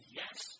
yes